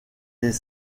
les